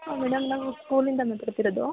ಹಾಂ ಮೇಡಮ್ ನಾವು ಸ್ಕೂಲಿಂದ ಮಾತಾಡ್ತಿರೋದು